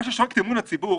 מה ששוחק את אמון הציבור,